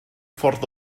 ffordd